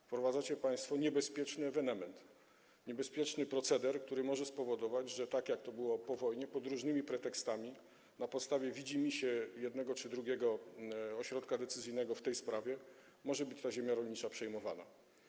Wprowadzacie państwo niebezpieczny ewenement, niebezpieczny proceder, który może spowodować, że tak jak to było po wojnie, pod różnymi pretekstami, na podstawie widzimisię jednego czy drugiego ośrodka decyzyjnego w tej sprawie ta ziemia rolnicza może być przejmowana.